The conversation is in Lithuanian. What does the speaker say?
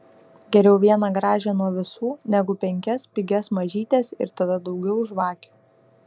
geriau vieną gražią nuo visų negu penkias pigias mažytes ir tada daugiau žvakių